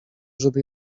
żeby